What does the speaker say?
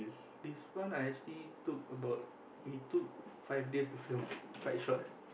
this one I actually took about it took five days to film quite short